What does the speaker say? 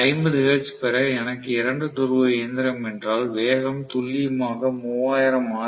50 hertz பெற எனக்கு 2 துருவ இயந்திரம் என்றால் வேகம் துல்லியமாக 3000 ஆர்